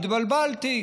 התבלבלתי,